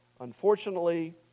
unfortunately